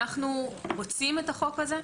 אנחנו רוצים את החוק הזה,